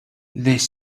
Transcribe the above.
these